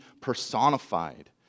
personified